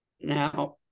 Now